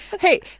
hey